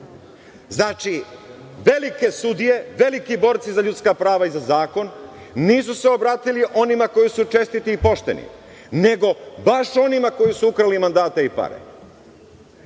SRS.Znači, velike sudije, veliki borci za ljudska prava i za zakon nisu se obratili onima koji su čestiti i pošteni, nego baš onima koji su ukrali mandate i pare.